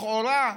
לכאורה,